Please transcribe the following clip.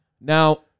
Now